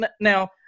now